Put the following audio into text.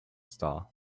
star